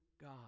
God